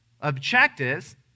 objectives